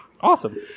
Awesome